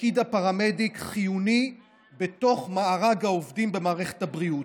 תפקיד הפרמדיק חיוני בתוך מארג העובדים במערכת הבריאות.